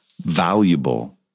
valuable